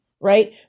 right